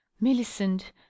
Millicent